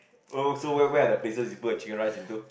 oh so where where are the places you put the chicken rice into